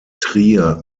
trier